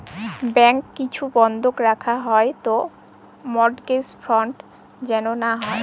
bank কিছু বন্ধক রাখা হয় তো মর্টগেজ ফ্রড যেন না হয়